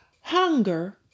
hunger